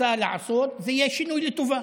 רוצה לעשות, זה יהיה שינוי לטובה,